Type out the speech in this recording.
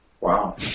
Wow